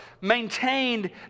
maintained